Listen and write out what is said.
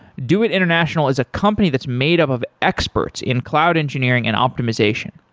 doit international is a company that's made up of experts in cloud engineering and optimization.